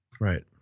Right